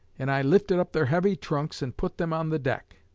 and i lifted up their heavy trunks and put them on the deck.